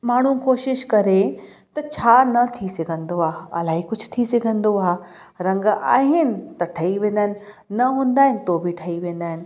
माण्हू कोशिश करे त छा न थी सघंदो आहे इलाही कुझु थी सघंदो आहे रंग आहिनि त ठही वेंदा आहिनि न हूंदा आहिनि तो बि ठही वेंदा आहिनि